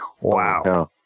Wow